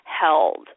held